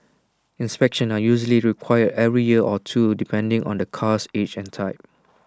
inspections are usually required every year or two depending on the car's age and type